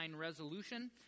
resolution